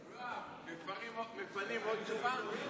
מפנים עוד שורה?